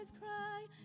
cry